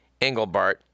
Engelbart